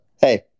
hey